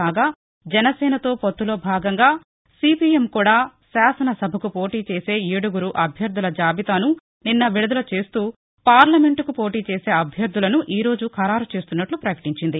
కాగా జనసేనతో పొత్తులో భాగంగా సిపిఎం కూడా శాసన సభకు పోటీ చేసే ఏడుగురు అభ్యర్తుల జాబితాను నిస్న విదుదల చేస్తూ పార్లమెంటుకు పోటీ చేసే అభ్యర్దులను ఈరోజు ఖరారు చేస్తున్నట్లు ప్రకటించింది